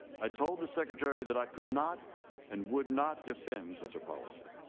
i told the secretary that i could not and would not defend such a policy.